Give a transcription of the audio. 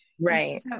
right